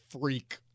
freak